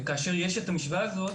כאשר יש את המשוואה הזאת,